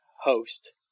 host